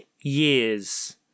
years